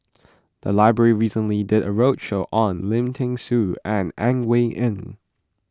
the library recently did a roadshow on Lim thean Soo and Ang Wei Neng